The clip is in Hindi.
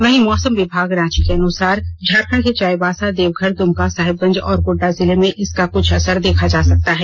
वहीं मौसम विभाग रांची के अनुसार झारखंड के चाईबासा देवघर दुमका साहिबगंज और गोड्डा जिले में इसका क्छ असर देखा जा सकता है